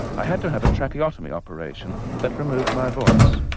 i had to have a tracheotomy operation that removed my voice.